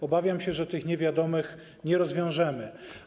Obawiam się, że tych niewiadomych nie rozwiążemy.